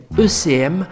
ECM